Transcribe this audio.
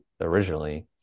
originally